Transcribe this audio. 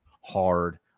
hard